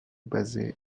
basée